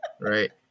right